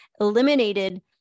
eliminated